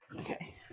Okay